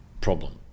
problem